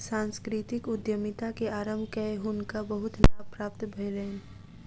सांस्कृतिक उद्यमिता के आरम्भ कय हुनका बहुत लाभ प्राप्त भेलैन